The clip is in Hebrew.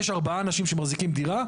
אם יש ארבעה אנשים שמחזיקים דירה,